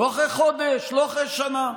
לא אחרי חודש, לא אחרי שנה.